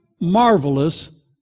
marvelous